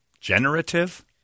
Generative